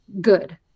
good